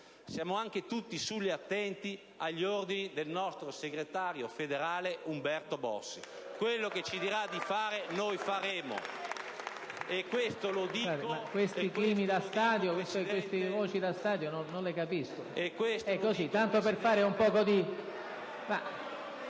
Siamo anche tutti sull'attenti, agli ordini del nostro segretario federale Umberto Bossi: quello che ci dirà di fare, noi faremo.